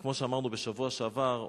וכמו שאמרנו בשבוע שעבר,